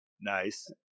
Nice